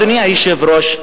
אדוני היושב-ראש,